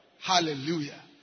Hallelujah